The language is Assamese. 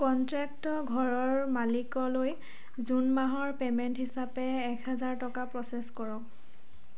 কন্টেক্টৰ ঘৰৰ মালিকলৈ জুন মাহৰ পে'মেণ্ট হিচাপে এক হেজাৰ টকা প্ৰচেছ কৰক